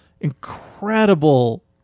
incredible